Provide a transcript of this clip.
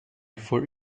for